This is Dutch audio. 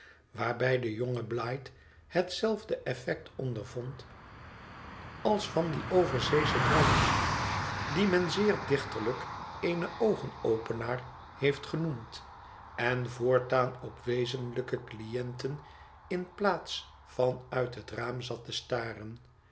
waarbij de jonge blight hetzelfde effect ondervond als van en overzeeschen drank dien men zeer dichterlijk een oogen openaar heeft ge noemd en voortaan op wezenlijke cliënten in plaats van uit het raam zat te staren